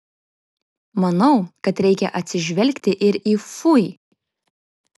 manau kad reikia atsižvelgti ir į fui